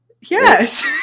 Yes